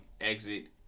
exit